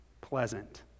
pleasant